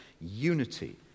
unity